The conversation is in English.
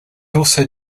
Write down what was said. also